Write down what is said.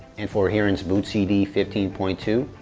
and for hiren's bootcd fifteen point two,